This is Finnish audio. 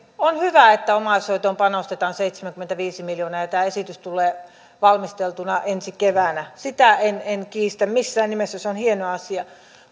on hyvä että omaishoitoon panostetaan seitsemänkymmentäviisi miljoonaa ja tämä esitys tulee valmisteltuna ensi keväänä sitä en en kiistä missään nimessä se on hieno asia